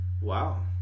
Wow